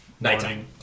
Nighttime